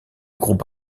groupe